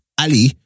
Ali